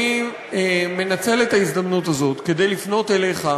אני מנצל את ההזדמנות הזאת כדי לפנות אליך: